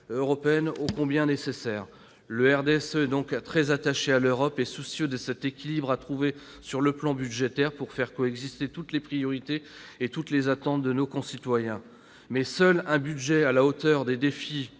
européennes, ô combien nécessaires. Le RDSE, très attaché à l'Europe, est soucieux de l'équilibre à trouver sur le plan budgétaire pour faire coexister toutes les priorités et toutes les attentes de nos concitoyens. Seul un budget à la hauteur des défis